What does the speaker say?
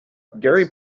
gary